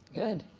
good.